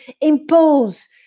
impose